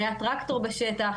והיה טרקטור בשטח,